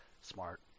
Smart